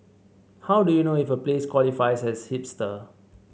how do you know if a place qualifies as hipster